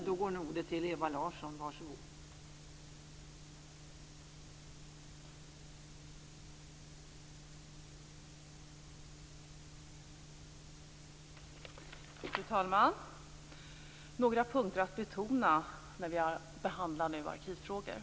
Fru talman! Jag har några punkter att betona när vi nu behandlar arkivfrågor.